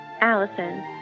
allison